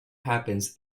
happens